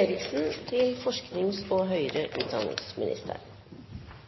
regjeringens høringsforslag til